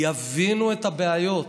יבינו את הבעיות,